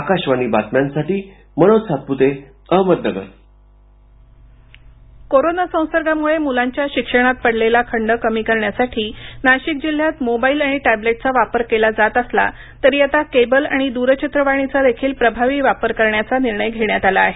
प्रतिनिधी मनोज सातप्ते अहमदनगर शिक्षण कोरोना संसर्गामुळे मुलांच्या शिक्षणात पडलेला खंड कमी करण्यासाठी नाशिक जिल्ह्यात मोबाईल आणि टॅबलेटचा वापर केला जात असला तरी आता केबल आणि दूरचित्रवाणीचा देखील प्रभावी वापर करण्याचा निर्णय घेण्यात आला आहे